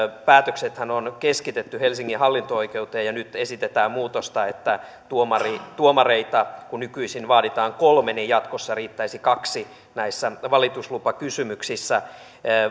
päätöksethän on keskitetty helsingin hallinto oikeuteen ja nyt esitetään muutosta että kun tuomareita nykyisin vaaditaan kolme niin jatkossa riittäisi kaksi näissä valituslupakysymyksissä